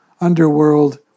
underworld